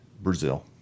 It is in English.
Brazil